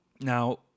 Now